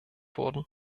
wurden